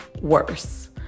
worse